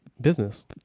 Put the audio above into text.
business